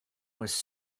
was